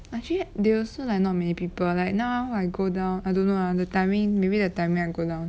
actually they also like not many people like now I go down I don't know lah the timing maybe the timing I go down